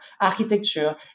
architecture